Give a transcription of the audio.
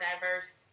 diverse